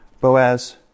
Boaz